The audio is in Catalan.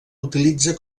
utilitza